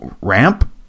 ramp